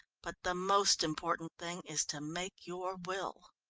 but the most important thing is to make your will.